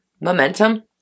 momentum